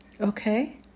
Okay